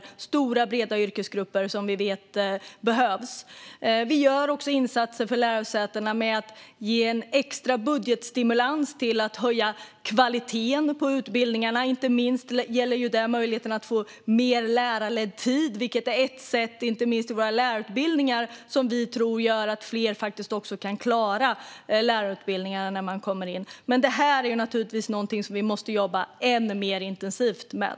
Det är stora breda yrkesgrupper som vi vet behövs. Vi gör också insatser för lärosätena med att ge en extra budgetstimulans till att höja kvaliteten på utbildningarna. Inte minst gäller det möjligheterna att få mer lärarledd tid. Det är ett sätt inte minst i våra lärarutbildningar som vi tror gör att fler kan klara lärarutbildningarna när de kommer in. Det här är någonting som vi måste jobba ännu mer intensivt med.